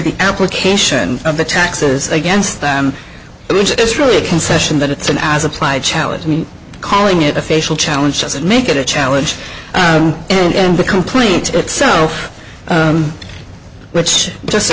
the application of the taxes against them which is really a concession that it's an as applied challenge me calling it a facial challenge doesn't make it a challenge and the complaint itself which just